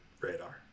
radar